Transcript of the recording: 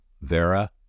Vera